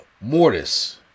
mortis